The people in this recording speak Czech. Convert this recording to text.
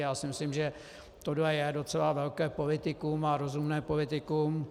Já si myslím, že tohle je docela velké politikum, a rozumné politikum.